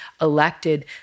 elected